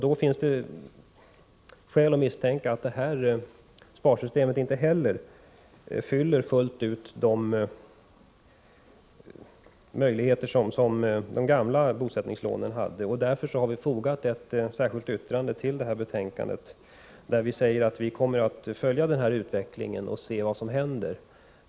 Det finns därför skäl att misstänka att inte heller detta sparsystem till fullo ger samma möjligheter som de gamla bosättningslånen hade. Därför har vi fogat ett särskilt yttrande till detta betänkande, i vilket vi säger att vi kommer att följa utvecklingen och se vad som händer.